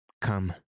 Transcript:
Come